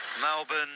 Melbourne